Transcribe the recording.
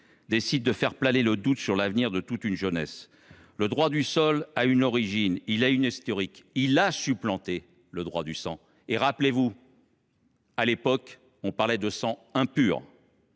décide de faire planer le doute sur l’avenir de toute une jeunesse. Le droit du sol a une origine, une histoire. Il a supplanté le droit du sang. Et rappelez vous qu’il fut une époque où l’on parlait de sang impur…